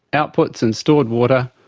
outputs, and stored water,